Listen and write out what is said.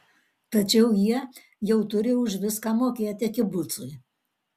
tačiau jie jau turi už viską mokėti kibucui